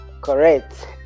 Correct